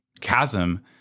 chasm